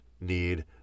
need